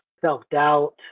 self-doubt